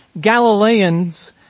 Galileans